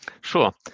Sure